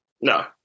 No